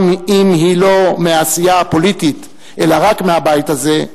גם אם היא לא מהעשייה הפוליטית אלא רק מהבית הזה,